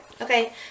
okay